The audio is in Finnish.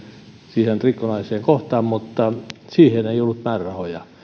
siihen rikkonaiseen kohtaan mutta siihen ei ollut määrärahoja